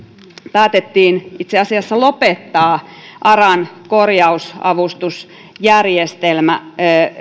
päätettiin itse asiassa lopettaa aran korjausavustusjärjestelmä